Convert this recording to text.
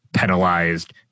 penalized